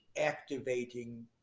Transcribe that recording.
activating